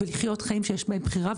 ולחיות חיים שיש בהם בחירה,